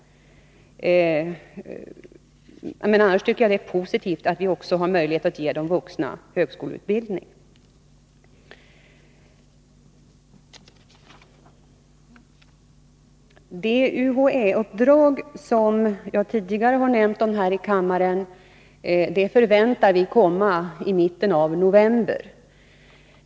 Annars tycker jag att det är positivt att vi också kan ge de vuxna högskoleutbildning. Det UHÄ-uppdrag som jag tidigare har nämnt i kammaren väntar vi skall vara färdigt i mitten av november.